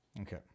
Okay